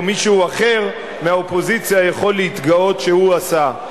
מישהו אחר מהאופוזיציה יכול להתגאות שהוא עשה.